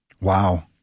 Wow